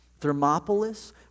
Thermopolis